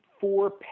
four